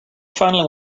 finally